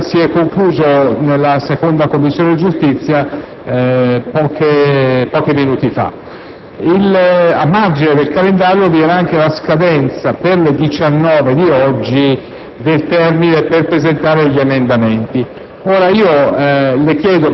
esame si è concluso presso la Commissione giustizia pochi minuti fa. A margine del calendario vi era anche la scadenza per le ore 19 di oggi del termine per la presentazione degli emendamenti.